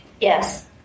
Yes